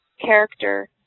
character